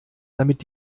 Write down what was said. damit